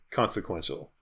consequential